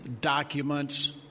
documents